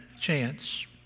chance